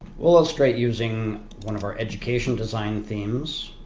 will illustrate using one of our education design themes.